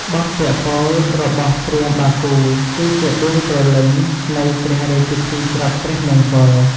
បទពាក្យពោលរបស់ព្រាហ្មណ៍បាគូ គឺជាដួងព្រលឹងនៃព្រះរាជពិធីច្រត់ព្រះនង្គ័ល។